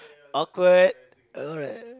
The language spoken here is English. awkward alright